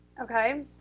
okay